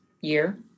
year